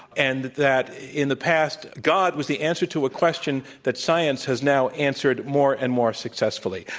and that that in the past god was the answer to ah question that science has now answered more and more successfully.